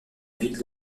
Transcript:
ville